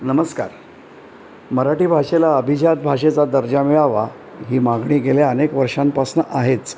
नमस्कार मराठी भाषेला अभिजात भाषेचा दर्जा मिळावा ही मागणी गेल्या अनेक वर्षांपासून आहेच